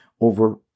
over